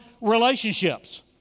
relationships